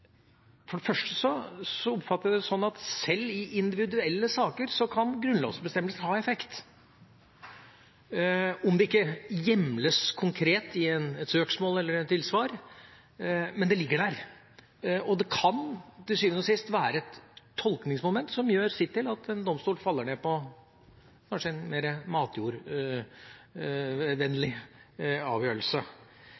om det ikke hjemles konkret i et søksmål eller et tilsvar. Men det ligger der, og til sjuende og sist kan det være et tolkningsmoment som gjør sitt til at en domstol faller ned på en kanskje